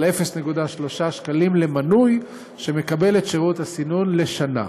0.3 שקלים למנוי שמקבל את שירות הסינון לשנה.